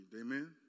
Amen